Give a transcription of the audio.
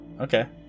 Okay